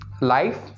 life